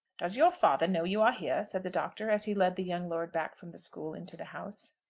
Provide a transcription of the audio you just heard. does your father know you are here? said the doctor, as he led the young lord back from the school into the house.